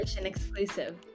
exclusive